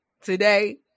Today